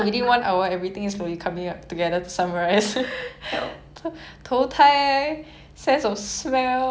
!hais! okay but anyways